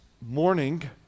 morning